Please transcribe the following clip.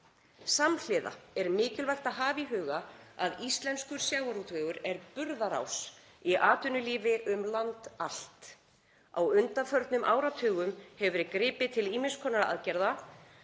Samhliða er mikilvægt að hafa í huga að íslenskur sjávarútvegur er burðarás í atvinnulífi um land allt. Á undanförnum áratugum hefur verið gripið til ýmiss konar aðgerða